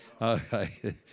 Okay